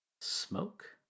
smoke